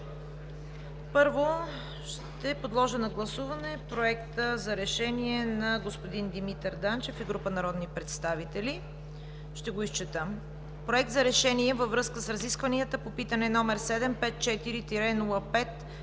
Първо ще подложа на гласуване Проекта за решение на господин Димитър Данчев и група народни представители. „Проект! РЕШЕНИЕ Във връзка с разискванията по питане № 754-05-56